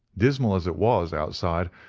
dismal as it was outside,